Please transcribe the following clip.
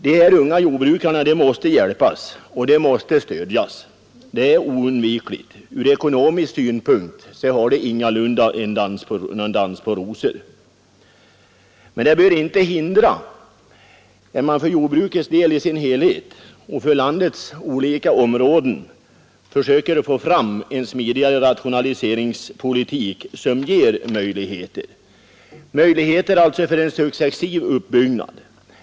De unga jordbrukarna måste hjälpas och stödjas, det är oundvikligt. Från ekonomisk synpunkt har de ingalunda någon dans på rosor. Men det bör inte hindra att man för jordbruket i dess helhet och för landets olika områden försöker få fram en smidigare rationaliseringspolitik som ger möjlighet till en successiv uppbyggnad.